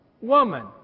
woman